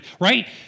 right